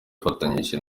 afatanyije